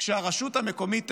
ושהרשות המקומית תשלם.